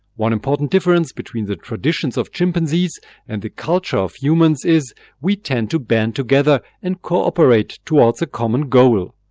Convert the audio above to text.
one important difference between the traditions of chimpanzees and the culture of humans is we tend to band together and cooperate towards a common goal.